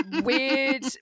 weird